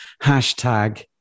hashtag